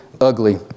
ugly